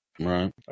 Right